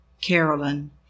Carolyn